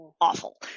awful